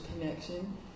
connection